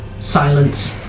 silence